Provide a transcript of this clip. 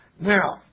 Now